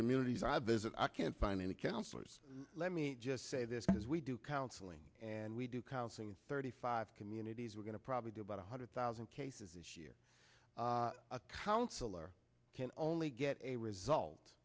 communities i visit i can't find any counselors let me just say this because we do counseling and we do counseling in thirty five communities we're going to probably do about one hundred thousand cases this year a counselor can only get a result